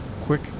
quick